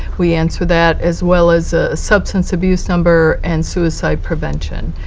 we answer that as well as substance abuse number and suicide prevention.